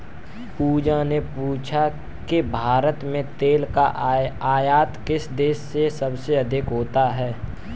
पूजा ने पूछा कि भारत में तेल का आयात किस देश से सबसे अधिक होता है?